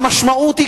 המשמעות היא,